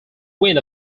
win